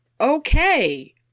okay